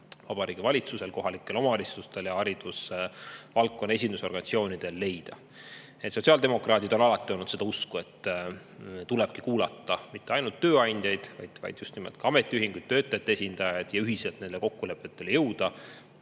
Vabariigi Valitsusel, kohalikel omavalitsustel ja haridusvaldkonna esindusorganisatsioonidel leida. Sotsiaaldemokraadid on alati olnud seda usku, et tulebki kuulata mitte ainult tööandjaid, vaid just nimelt ka ametiühinguid, töötajate esindajaid, ja ühiselt kokkulepetele jõuda.